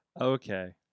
Okay